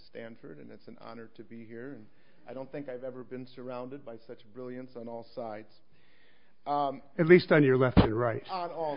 stanford and it's an honor to be here i don't think i've ever been surrounded by such brilliance on all sides at least on your left or right and all